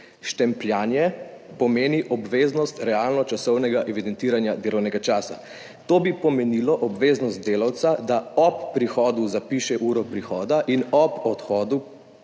Štempljanje pomeni obveznost realno časovnega evidentiranja delovnega časa. To bi pomenilo obveznost delavca, da ob prihodu zapiše uro prihoda in ob odhodu